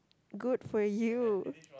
good for you